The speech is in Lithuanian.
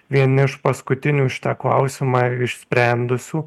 vieni iš paskutinių šitą klausimą išsprendusių